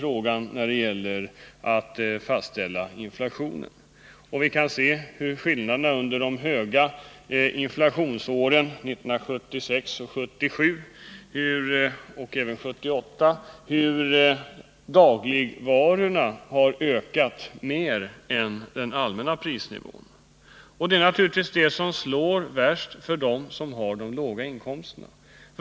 Vi kan ju se hur det varit under 1976, 1977 och även 1978, då inflationen låg på en mycket hög nivå. Priserna på dagligvaror låg under dessa år över den allmänna prisnivån. De som drabbas hårdast av detta är naturligtvis de som har de låga inkomsterna.